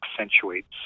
accentuates